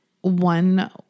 one